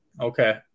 Okay